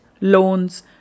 loans